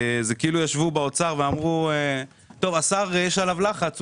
כאילו ישבו באוצר ואמרו שעל השר יש לחץ,